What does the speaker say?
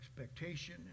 expectation